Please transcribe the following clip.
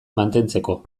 mantentzeko